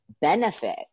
benefit